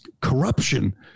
corruption